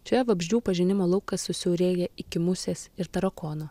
čia vabzdžių pažinimo laukas susiaurėja iki musės ir tarakono